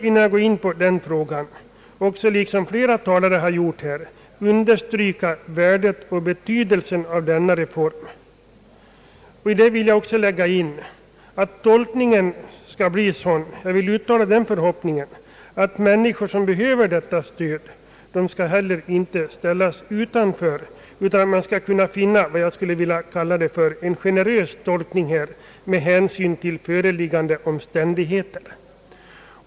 Innan jag går in på den frågan vill jag — liksom flera talare gjort här — understryka värdet och betydelsen av denna reform. Jag vill därvid uttala den förhoppningen att tolkningen skall bli sådan att människor som behöver detta stöd inte skall ställas utanför, utan man skall kunna finna vad jag vill kalla en generös tolkning med hänsyn till föreliggande omständigheter.